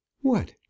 What